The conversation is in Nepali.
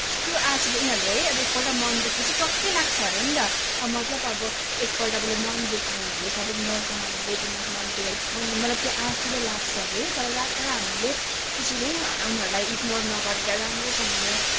त्यस्तो आस उनीहरूले है एकपल्ट मन दुख्योपछि टक्कै लाग्छ हरे नि त अब मतलब अब एकपल्ट उसले मन दुखायो हरे सपोज मसँग अब बज्यू मस मन दुखेर मन मलाई त्यो आँसुले लाग्छ अरे तर दा तर हामीले त्यसरी उनीहरूलाई इग्नेर नगरेर राम्रोसँगले